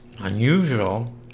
Unusual